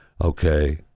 okay